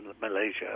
Malaysia